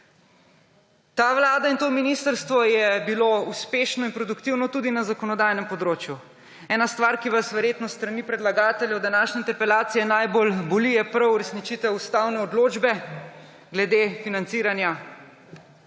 Ta vlada in to ministrstvo sta bila uspešna in produktivna tudi na zakonodajnem področju. Ena stvar, ki vas verjetno s strani predlagateljev današnje interpelacije najbolj boli, je prav uresničitev ustavne odločbe gledefinanciranja